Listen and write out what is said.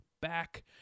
back